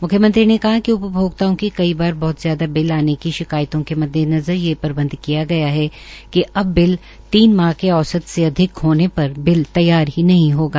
मुख्यमंत्री मंत्री ने कहा कि उपभोक्ताओं की कई बार बहत ज्यादा बिल आने की शिकायतों के मद्देनज़र ये प्रबध किया गया है कि अब बिल तीन माह के औसत से अधिक होने पर बिल तैयार ही नहीं होगा